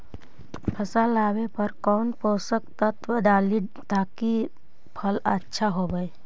फल आबे पर कौन पोषक तत्ब डाली ताकि फल आछा होबे?